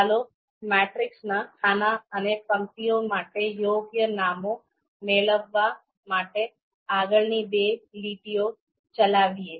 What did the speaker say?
ચાલો મેટ્રિક્સના ખાના અને પંક્તિઓ માટે યોગ્ય નામો મેળવવા માટે આગળની બે લીટીઓ ચલાવીએ